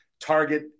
target